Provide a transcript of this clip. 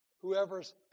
whoever's